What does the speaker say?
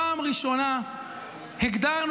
פעם ראשונה הגדרנו,